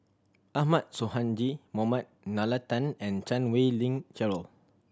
Ahmad Sonhadji Mohamad Nalla Tan and Chan Wei Ling Cheryl